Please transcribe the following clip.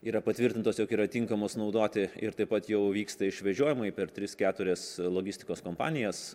yra patvirtintos jog yra tinkamos naudoti ir taip pat jau vyksta išvežiojimai per tris keturias logistikos kompanijas